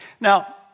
Now